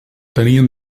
tenien